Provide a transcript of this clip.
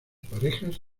parejas